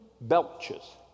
belches